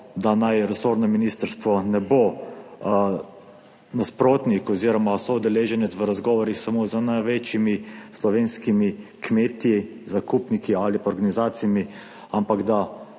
da naj resorno Ministrstvo ne bo soudeleženec v razgovorih samo z največjimi slovenskimi kmeti, zakupniki ali pa organizacijami, ampak da